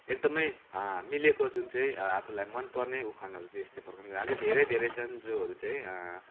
एकदमै मिलेको जुन चाहिँ आफूलाई मन पर्ने उखानहरू चाहिँ यस्तै प्रकार अझै धेरै धेरै छन जोहरू चाहिँ हाम्रो